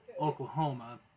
Oklahoma